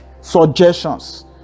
suggestions